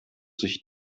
sich